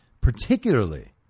particularly